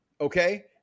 okay